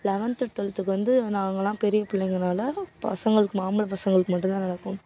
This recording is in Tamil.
லெவன்த்து டுவெல்த்துக்கு வந்து நாங்கல்லாம் பெரிய பிள்ளைங்கனால பசங்களுக்கு ஆம்பளை பசங்களுக்கு மட்டும்தான் நடக்கும்